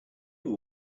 were